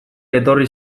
etorri